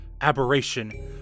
aberration